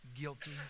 guilty